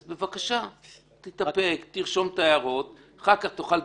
הוא התחיל את זה, והוא יתקפל.